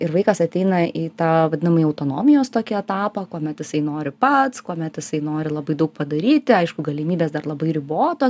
ir vaikas ateina į tą vadinamąjį autonomijos tokį etapą kuomet jisai nori pats kuomet jisai nori labai daug padaryti aišku galimybės dar labai ribotos